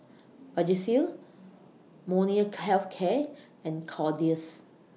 Vagisil Molnylcke Health Care and Kordel's